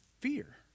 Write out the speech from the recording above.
fear